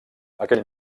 aquell